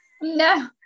No